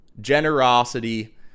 generosity